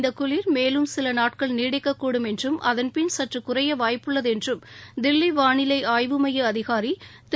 இந்த குளிர் மேலும் இரண்டு மூன்று நாட்கள் நீடிக்கக்கூடும் என்றும் அதன் பின் கற்று குறைய வாய்ப்புள்ளது என்றும் தில்லி வானிலை ஆய்வு னமய அதிகாரி திரு